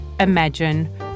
Imagine